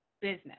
business